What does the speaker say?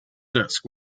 disc